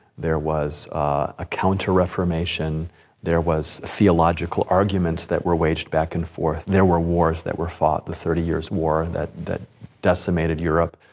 there was a counter-reformation, there was theological arguments that were waged back and forth. there were wars that were fought, the thirty years war that that decimated europe.